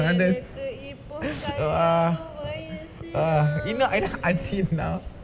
எனக்கு இப்போ கல்யாண வயசுதா வந்துருச்சு:enakku ippo kalyaana vayasuthaa vanthuruchu